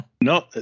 No